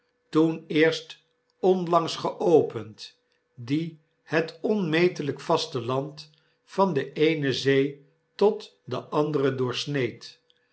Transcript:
toen eerst onlangs geopend die het onmetelyk vasteland van de eene zee tot de andere doorsneed